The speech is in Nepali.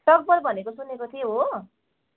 टक्भर भनेको सुनेको थिएँ हो